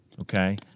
Okay